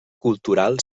cultural